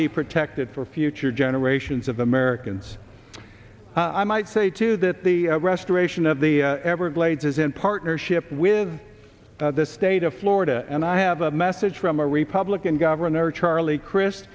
be protected for future generations of americans i might say to that the restoration of the everglades is in partnership with the state of florida and i have a message from our republican governor charlie cris